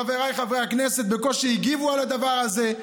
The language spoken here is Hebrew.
חבריי חברי הכנסת בקושי הגיבו על הדבר הזה.